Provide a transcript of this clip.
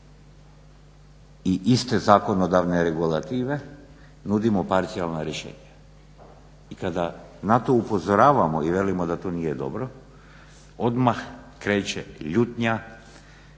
i iste zakonodavne regulative nudimo parcijalna rješenja. I kada na to upozoravamo i velimo da to nije dobro, odmah kreće ljutnja,